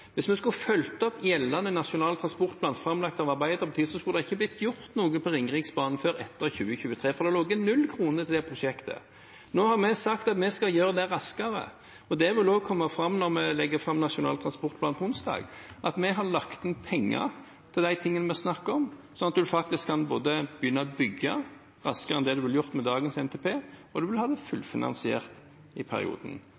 Hvis vi skulle fulgt opp gjeldende Nasjonal transportplan, som ble framlagt av Arbeiderpartiet, skulle det ikke blitt gjort noe på Ringeriksbanen før etter 2023, for det lå null kroner inne til det prosjektet. Nå har vi sagt at vi skal gjøre det raskere. Det vil også komme fram når vi legger fram Nasjonal transportplan på onsdag, at vi har lagt inn penger til det vi snakker om, slik at en faktisk kan begynne å bygge raskere enn det en ville gjort med dagens NTP, og det vil være fullfinansiert i perioden. Det